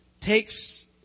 takes